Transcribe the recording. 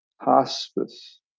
Hospice